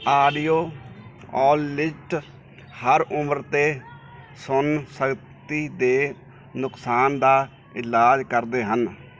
audio ਓਲਿਟ ਹਰ ਉਮਰ ਅਤੇ ਸੁਨਣ ਸ਼ਕਤੀ ਦੇ ਨੁਕਸਾਨ ਦਾ ਇਲਾਜ ਕਰਦੇ ਹਨ